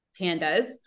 pandas